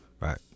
right